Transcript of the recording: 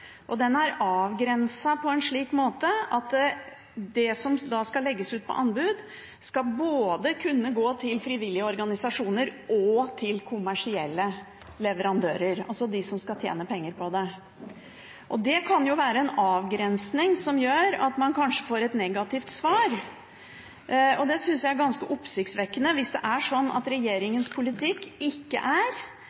og den er avgrenset på en slik måte at det som da skal legges ut på anbud, både skal kunne gå til frivillige organisasjoner og til kommersielle leverandører, altså til dem som skal tjene penger på det. Det kan jo være en avgrensning som gjør at man kanskje får et negativt svar, og det synes jeg er ganske oppsiktsvekkende hvis det er sånn at